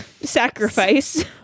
sacrifice